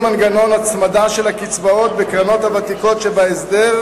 מנגנון ההצמדה של הקצבאות בקרנות הוותיקות שבהסדר,